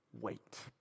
wait